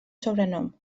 sobrenom